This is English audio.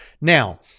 Now